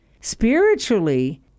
Spiritually